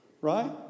Right